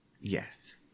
Yes